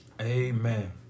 Amen